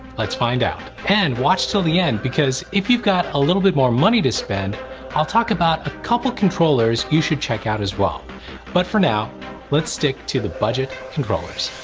let's find out and watch till the end because if you've got a little bit more money to spend i'll talk about a couple controllers you should check out as well but for now let's stick to the budget controllers.